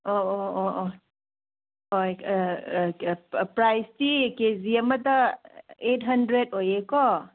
ꯑꯣ ꯑꯣ ꯑꯣ ꯑꯣ ꯍꯣꯏ ꯄ꯭ꯔꯥꯏꯖꯇꯤ ꯀꯦ ꯖꯤ ꯑꯃꯗ ꯑꯩꯠ ꯍꯟꯗ꯭ꯔꯦꯗ ꯑꯣꯏꯌꯦ ꯀꯣ